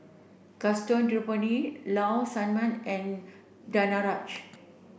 Gaston Dutronquoy Low Sanmay and Danaraj